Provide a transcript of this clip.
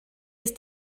ist